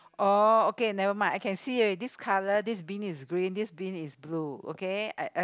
oh okay never mind I can see already this colour this bean is green this bean is blue okay I I